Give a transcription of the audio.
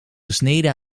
gesneden